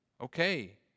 Okay